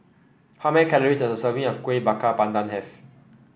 how many calories does a serving of Kuih Bakar Pandan have